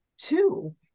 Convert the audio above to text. Two